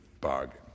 bargain